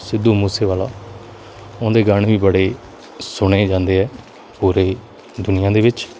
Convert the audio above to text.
ਸਿੱਧੂ ਮੂਸੇਵਾਲਾ ਉਹਦੇ ਗਾਣੇ ਵੀ ਬੜੇ ਸੁਣੇ ਜਾਂਦੇ ਹੈ ਪੂਰੀ ਦੁਨੀਆਂ ਦੇ ਵਿੱਚ